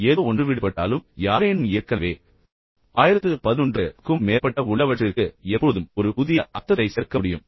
ஏதோ ஒன்று விடுபட்டாலும் யாரேனும் ஏற்கனவே 1011 க்கும் மேற்பட்ட உள்ளவற்றிற்கு எப்பொழுதும் ஒரு புதிய அர்த்தத்தைச் சேர்க்க முடியும்